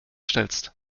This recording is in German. stellst